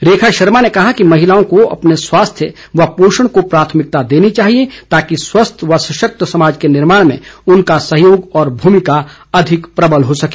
रेखा शर्मा ने कहा कि महिलाओं को अपने स्वास्थ्य व पोषण को प्राथमिकता देनी चाहिए ताकि स्वस्थ व सशक्त समाज के निर्माण में उनका सहयोग और भूमिका अधिक प्रबल हो सके